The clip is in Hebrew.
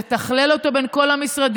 תתכלל אותו בין כל המשרדים,